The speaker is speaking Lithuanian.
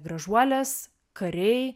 gražuolės kariai